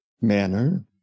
manner